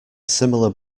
similar